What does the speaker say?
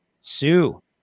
Sue